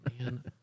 man